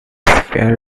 fair